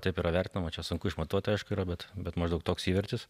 taip yra vertinama čia sunku išmatuoti aišku yra bet bet maždaug toks įvertis